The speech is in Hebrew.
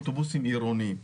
אוטובוסים עירוניים.